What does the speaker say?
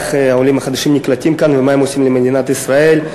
איך העולים החדשים נקלטים כאן ומה הם עושים למדינת ישראל.